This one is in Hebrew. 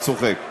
אני צוחק.